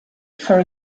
for